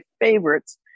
favorites